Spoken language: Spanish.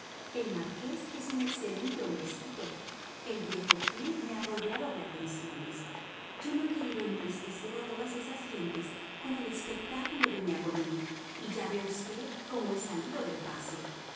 el marqués es un excelente hombrecito el viejo gil me ha rodeado de atenciones yo no he querido entristecer a todas esas gentes con el espectáculo de mi agonía y ya ve usted cómo he salido del paso